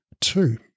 Two